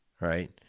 right